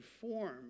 form